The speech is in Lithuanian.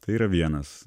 tai yra vienas